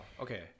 okay